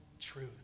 truth